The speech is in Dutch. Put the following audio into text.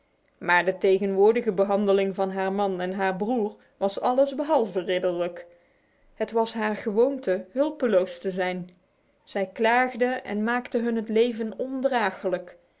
maar de tegenwoordige behandeling van haar man en haar broer was allesbehalve ridderlijk het was haar gewoonte hulpeloos te zijn zij klaagde en maakte hun het leven